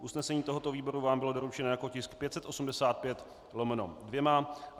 Usnesení tohoto výboru vám bylo doručeno jako tisk 585/2.